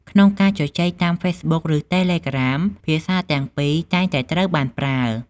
ក្នុងការជជែកតាមហ្វេសប៊ុក ឬតេលេក្រាម ភាសាទាំងពីរតែងតែត្រូវបានប្រើ។